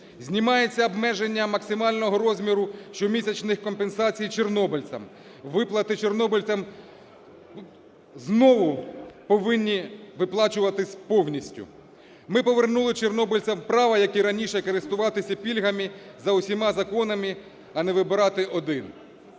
знімається обмеження максимального розміру щомісячних компенсацій чорнобильцям, виплати чорнобильцям знову повинні виплачуватись повністю. Ми повернули чорнобильцям право, як і раніше, користуватися пільгами за усіма законами, а не вибирати один.